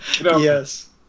Yes